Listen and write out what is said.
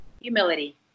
Humility